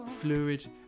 fluid